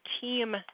team